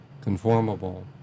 conformable